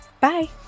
bye